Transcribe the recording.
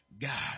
God